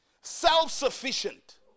Self-sufficient